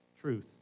truth